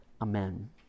Amen